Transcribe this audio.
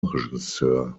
regisseur